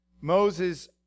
Moses